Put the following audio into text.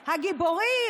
הגיבורים,